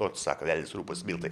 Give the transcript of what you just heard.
ot sako velnias rupūs miltai